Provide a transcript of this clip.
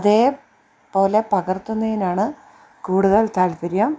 അതേ പോലെ പകർത്തുന്നതിനാണ് കൂടുതൽ താല്പര്യം